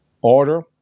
order